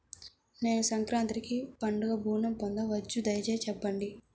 నేను సంక్రాంతికి పండుగ ఋణం పొందవచ్చా? దయచేసి చెప్పండి?